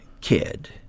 kid